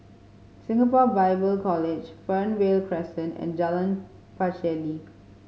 Singapore Bible College Fernvale Crescent and Jalan Pacheli